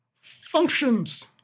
functions